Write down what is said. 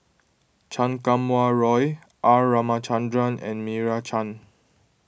Chan Kum Wah Roy R Ramachandran and Meira Chand